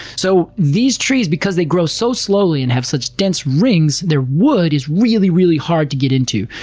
so these trees, because they grow so slowly and have such dense rings, their wood is really really hard to get into.